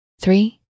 three